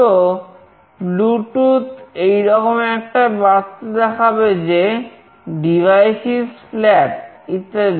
তো ব্লুটুথ এইরকম একটা বার্তা দেখাবে যে "device is flat" ইত্যাদি